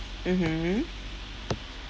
mmhmm